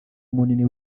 munini